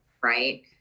Right